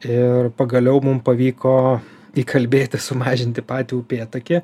ir pagaliau mum pavyko įkalbėti sumažinti patį upėtakį